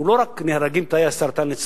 לא רק נהרגים אצלו תאי הסרטן,